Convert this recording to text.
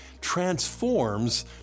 transforms